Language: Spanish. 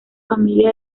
familia